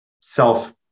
self